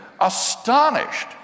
astonished